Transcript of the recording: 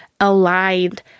aligned